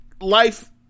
life